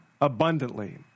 abundantly